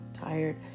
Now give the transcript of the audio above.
tired